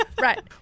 right